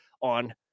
on